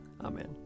Amen